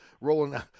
rolling